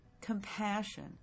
compassion